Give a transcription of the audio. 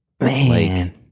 man